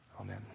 Amen